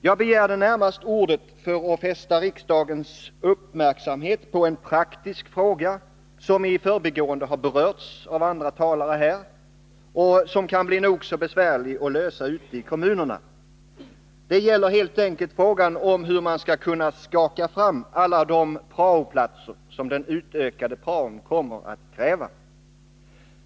Jag begärde ordet närmast för att fästa riksdagens uppmärksamhet på en praktisk fråga, som berörts i förbigående av andra talare och som kan bli nog så besvärlig att lösa ute i kommunerna. Det gäller helt enkelt frågan om hur man skall kunna skaka fram alla de prao-platser som den utökade praon kommer att kräva.